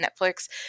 Netflix